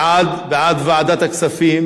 בעד, בעד ועדת הכספים.